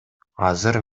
азыр